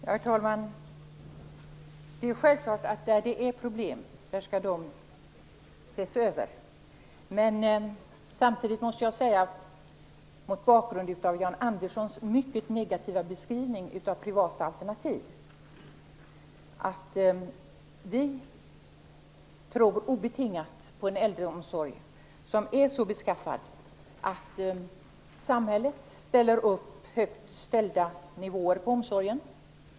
Herr talman! Självfallet skall man se över det hela där det finns problem. Men samtidigt måste jag mot bakgrund av Jan Anderssons mycket negativa beskrivning av privata alternativ säga följande. Vi tror obetingat på en äldreomsorg som är så beskaffad att samhället ställer höga krav på nivån i omsorgen.